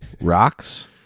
Rocks